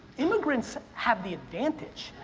immigrants have the advantage.